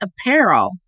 apparel